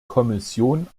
kommission